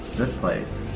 this place.